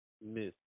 miss